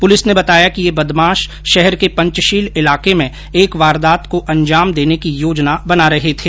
police ने बताया कि ये बदमाश शहर के पंचशील इलाके में एक वारदात को अंजाम देने की योजना बना रहे थे